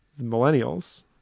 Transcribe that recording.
millennials